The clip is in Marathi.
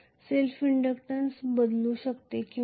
सेल्फ इंडक्टन्स बदलू शकते किंवा नाही